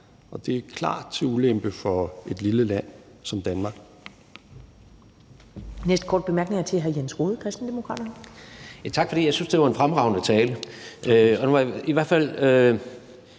og det er klart til ulempe for et lille land som Danmark.